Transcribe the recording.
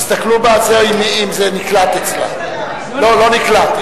תסתכלו אם זה נקלט אצלה, לא נקלט.